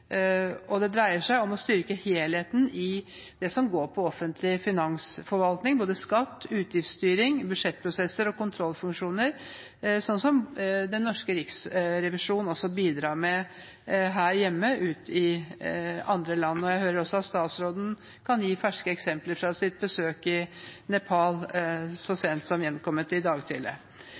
Det dreier seg om å styrke helheten i offentlig finansforvaltning, både skatt, utgiftsstyring, budsjettprosesser og kontrollfunksjoner, slik den norske riksrevisjon her hjemme bidrar med ute i andre land. Jeg hører også at statsråden, hjemkommet fra sitt besøk i Nepal så sent som i dag